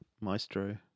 Maestro